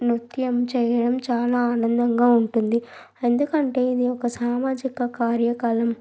నృత్యం చేయడం చాలా ఆనందంగా ఉంటుంది ఎందుకంటే ఇదొక సామాజిక కార్యకలాపం